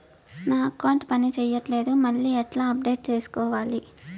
నా అకౌంట్ పని చేయట్లేదు మళ్ళీ ఎట్లా అప్డేట్ సేసుకోవాలి?